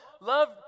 Love